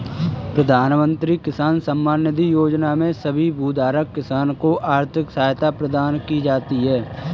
प्रधानमंत्री किसान सम्मान निधि योजना में सभी भूधारक किसान को आर्थिक सहायता प्रदान की जाती है